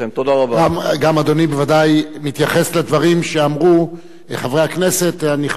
אדוני בוודאי גם מתייחס לדברים שאמרו חברי הכנסת הנכבדים ביותר,